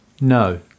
No